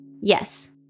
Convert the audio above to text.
Yes